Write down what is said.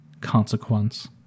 consequence